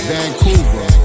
Vancouver